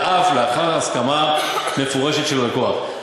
ואף לאחר הסכמה מפורשת של הלקוח.